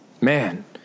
Man